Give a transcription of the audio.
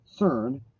cern